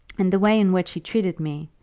and the way in which he treated me.